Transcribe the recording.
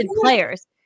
players